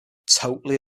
totally